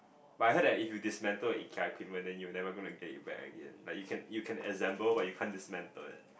but I heard that if you dismantle a Ikea equipment then you're never gonna get it back again like you can you can assemble but you can't dismantle it